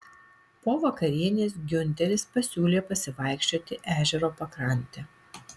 po vakarienės giunteris pasiūlė pasivaikščioti ežero pakrante